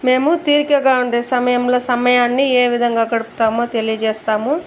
మేము తీరికగా ఉండే సమయంలో సమయాన్ని ఏ విధంగా గడుపుతామో తెలియజేస్తాము